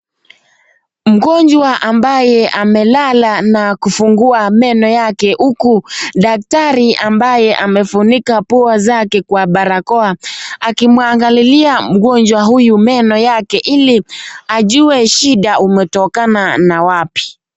Mgongwa ambaye amelala na kufungua meno yake huku daktari ambaye amefunika pua zake kwa barakoa akimwangalilia mgonjwa huyu meno yake ili ajue shida umetokana na wapi.